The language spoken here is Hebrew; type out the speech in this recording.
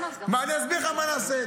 אני אסביר לך מה נעשה.